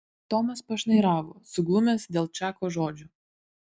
tomas pašnairavo suglumęs dėl čako žodžių